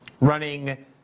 running